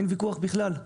אין ויכוח בכלל.